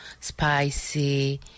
spicy